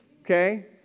okay